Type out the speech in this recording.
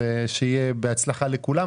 שיהיה בהצלחה לכולם.